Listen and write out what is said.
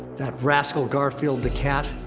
that rascal garfield, the cat.